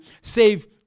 save